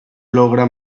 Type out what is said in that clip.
logra